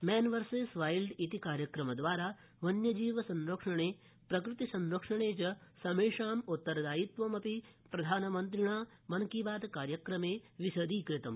man versus Wild इति कार्यक्रमद्वारा वन्यजीवसंरक्षणे प्रकृतिसंरक्षणे च समेषाम् उत्तरदायित्वमप्रि प्रधानमन्त्रिणा विशदीक़तम्